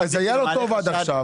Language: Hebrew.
אז היה לו טוב עד עכשיו,